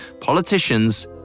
politicians